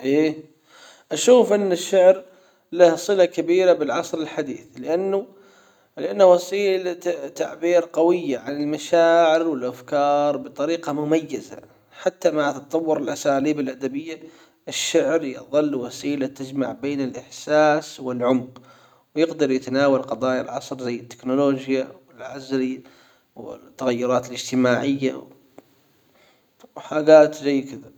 ايه أشوف ان الشعر له صلة كبيرة بالعصر الحديث لأنه لأنه وسيلة تعبير قوية عن المشاعر والأفكار بطريقة مميزة حتى مع تتطور الأساليب الأدبية الشعر يظل وسيلة تجمع بين الإحساس والعمق ويقدر يتناول قضايا العصر زي التكنولوجيا والعزري والتغيرات الإجتماعية وحاجات زي كذا.